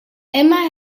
emma